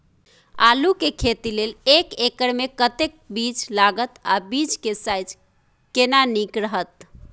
आलू के खेती लेल एक एकर मे कतेक बीज लागत आ बीज के साइज केना नीक रहत?